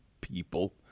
people